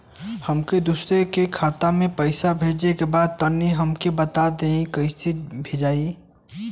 हमके दूसरा खाता में पैसा भेजे के बा तनि हमके बता देती की कइसे भेजाई?